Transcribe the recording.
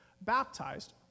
baptized